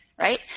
right